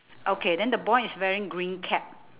okay then the boy is wearing green cap